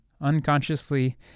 Unconsciously